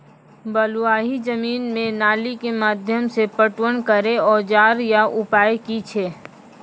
बलूआही जमीन मे नाली के माध्यम से पटवन करै औजार या उपाय की छै?